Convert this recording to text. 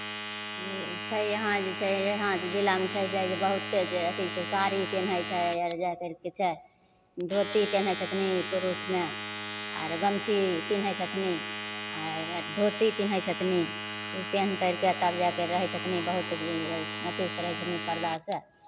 से हियाँ जे छै हियाँ जिलामे जे छै बहुते जे अथि छै साड़ी पिन्है छै आर जाए करि कऽ छै धोती पेन्है छथिन पुरूषमे आर गमछी पिन्है छथिन आर धोती पिन्है छथिन ओ पेहेन करि कऽ तब जाए कऽ रहै छथिन बहुत अथिसँ रहै छथिन परदासँ